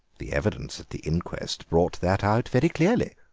the evidence at the inquest brought that out very clearly.